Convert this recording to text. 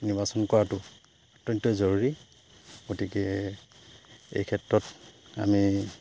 নিৰ্বাচন কৰাটো অত্যন্ত জৰুৰী গতিকে এই ক্ষেত্ৰত আমি